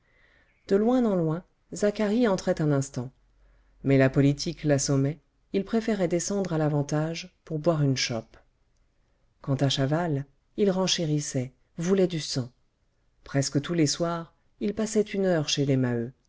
de loin en loin zacharie entrait un instant mais la politique l'assommait il préférait descendre à l'avantage pour boire une chope quant à chaval il renchérissait voulait du sang presque tous les soirs il passait une heure chez les